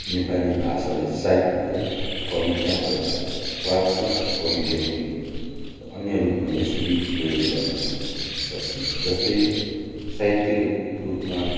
नेपाली भाषाले साहित्य कविता तथा कलात्मक अभिव्यक्ति र अन्य रूपमा यसरी प्रयोग गर्न सकिन्छ जस्तै साहित्यको रूपमा